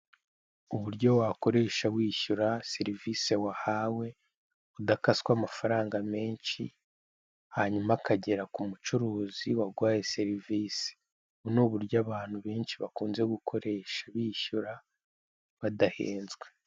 Uburyo wakoresha wishyura serivise wahawe udakaswe amafaranga menshi, hanyuma akagera k'umucuruzi waguhaye serivisi, ubu ni uburyo abantu benshi bakunze gukoresha bishyura badahenzwe.